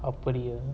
upper layer